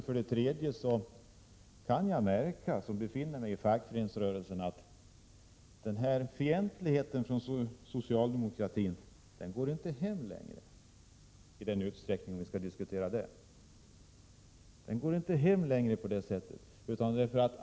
För det tredje: Om vi nu skall diskutera detta som kallades socialdemokratisk fientlighet, vill jag säga att jag, som är verksam inom fackföreningsrörelsen, har kunnat märka att denna inte längre går hem.